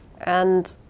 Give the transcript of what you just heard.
And